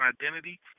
identity